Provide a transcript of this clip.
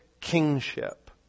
kingship